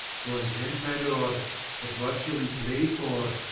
content, my lord but what shall we play for?